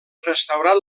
restaurat